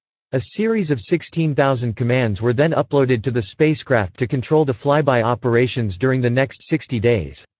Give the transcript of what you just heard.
a series of sixteen thousand commands were then uploaded to the spacecraft to control the flyby operations during the next sixty days.